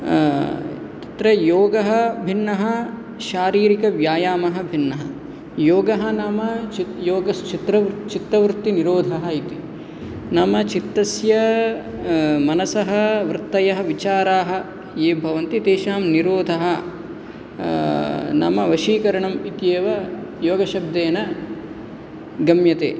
तत्र योगः भिन्नः शारीरिकव्यायामः भिन्नः योगः नाम योगः चित्त चित्त वृत्ति निरोधः इति नाम चित्तस्य मनसः वृत्तयः विचाराः ये भवन्ति तेषां निरोधः नाम वशीकरणम् इत्येव योग शब्देन गम्यते